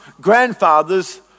grandfathers